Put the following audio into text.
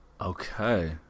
Okay